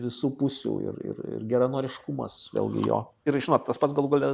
visų pusių ir ir ir geranoriškumas vėlgi jo ir žinot tas pats galų gale